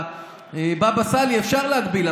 את הבבא סאלי אפשר להגביל,